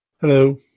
Hello